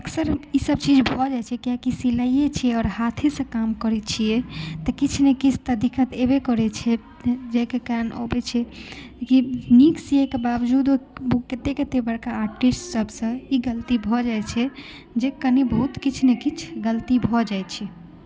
अक्सर ईसभ चीज भऽ जाइत छै कियाकि सिलाइए छियै आओर हाथेसँ काम करैत छियै तऽ किछु ने किछु तऽ दिक्क्त एबे करैत छै जाहिके कारण अबैत छै ई नीक सियै के बावजूदो कतेक कतेक बड़का आर्टिस्टसभसँ ई गलती भऽ जाइत छै जे कनि बहुत किछु ने किछु गलती भऽ जाइत छै